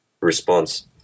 response